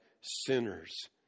sinners